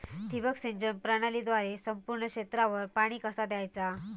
ठिबक सिंचन प्रणालीद्वारे संपूर्ण क्षेत्रावर पाणी कसा दयाचा?